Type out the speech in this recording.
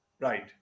Right